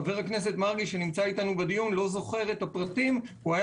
חבר הכנסת מרגי לא זוכר את הפרטים הוא היה